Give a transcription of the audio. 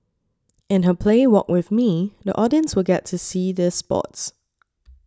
in her play Walk with Me the audience will get to see these spots